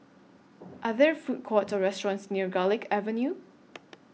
Are There Food Courts restaurants near Garlick Avenue